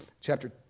Chapter